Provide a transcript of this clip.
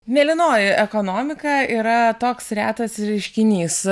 mėlynoji ekonomika yra toks retas reiškinys